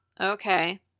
okay